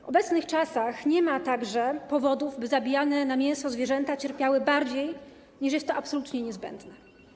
W obecnych czasach nie ma także powodów, by zabijane na mięso zwierzęta cierpiały bardziej, niż jest to absolutnie niezbędne.